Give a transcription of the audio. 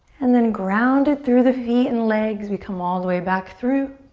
and then ground it through the feet and legs, we come all the way back through